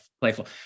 playful